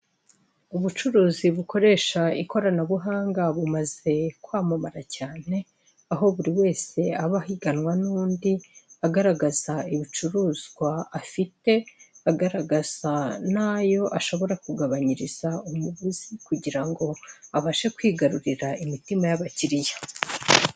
Ubucuruzi bukoresha ikoranabuhanga bumaze kwamamara cyane, aho buri wese aba ahiganwa n'undi agaragaza ibicuruzwa afite, agaragaza nayo ashobora kugabaniyiriza umuguzi kugira ngo abashe kwigarurira imitima y'abakiriya.